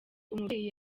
umubyeyi